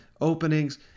openings